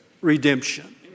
redemption